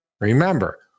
Remember